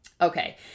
Okay